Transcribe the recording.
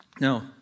Now